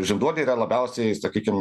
žinduoliai yra labiausiai sakykim